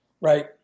Right